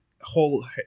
whole